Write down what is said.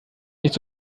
nicht